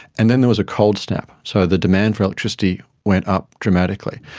and then there was a cold snap. so the demand for electricity went up dramatically.